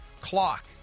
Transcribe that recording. clock